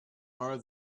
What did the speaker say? are